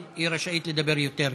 אבל היא רשאית לדבר יותר גם.